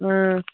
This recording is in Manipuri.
ꯎꯝ